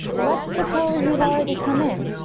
let's suppose you've already come in.